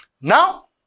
now